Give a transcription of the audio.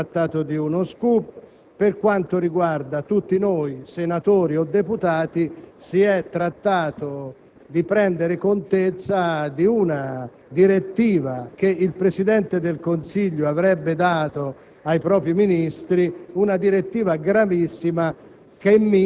si è trattato di uno *scoop*; per quanto concerne noi senatori e deputati, si è trattato di prendere contezza di una direttiva che il Presidente del Consiglio avrebbe dato ai propri Ministri, una direttiva gravissima